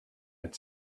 had